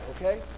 okay